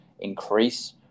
increase